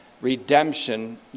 redemption